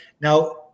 now